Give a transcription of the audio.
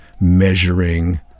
measuring